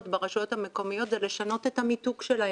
ברשויות המקומיות זה לשנות את המיתוג שלהם.